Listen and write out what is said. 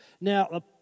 Now